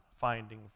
finding